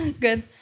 Good